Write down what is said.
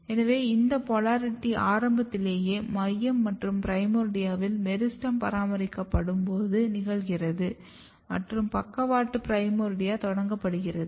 எனவே இந்த போலாரிட்டி ஆரம்பத்திலேயே மையம் மற்றும் பிரைமோர்டியாவில் மெரிஸ்டெம் பராமரிக்கப்படும் போது நிகழ்கிறது மற்றும் பக்கவாட்டு பிரைமோர்டியா தொடங்கப்படுகிறது